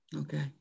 okay